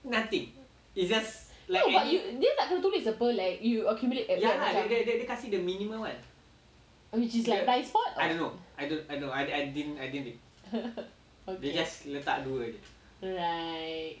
no but dia nak kena tulis apa like you accumulate like which is like blind spot okay right